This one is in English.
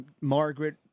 Margaret